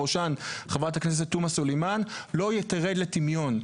בראשן חברת הכנסת תומא סלימאן לא תרד לטמיון.